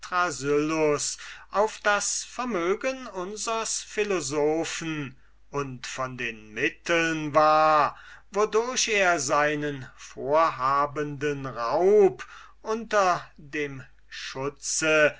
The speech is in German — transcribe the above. auf das vermögen unsers philosophen und von den mitteln war wodurch er seinen vorhabenden raub unter dem schutze